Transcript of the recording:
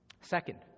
Second